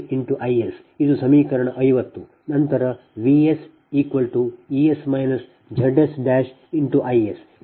ನಂತರ VsEs ZsIs ಇದು ಸಮೀಕರಣ 51 ಅಲ್ಲಿ ZsA 1ZpA